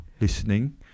listening